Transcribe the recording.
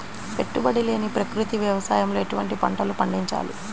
పెట్టుబడి లేని ప్రకృతి వ్యవసాయంలో ఎటువంటి పంటలు పండించాలి?